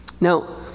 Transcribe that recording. Now